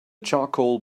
charcoal